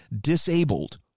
disabled